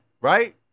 right